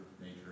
nature